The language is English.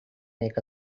make